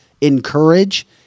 encourage